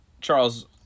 Charles